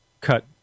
Cut